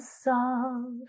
soft